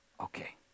Okay